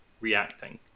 reacting